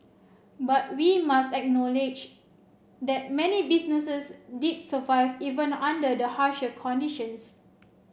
but we must acknowledge that many businesses did survive even under the harsher conditions